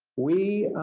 we